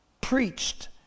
preached